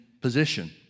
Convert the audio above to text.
position